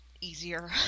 easier